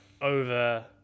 over